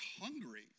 hungry